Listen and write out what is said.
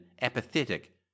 apathetic